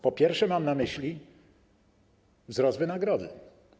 Po pierwsze, mam na myśli wzrost wynagrodzeń.